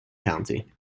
county